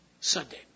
Sunday